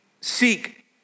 seek